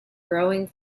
growing